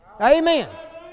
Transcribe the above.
Amen